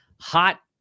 hot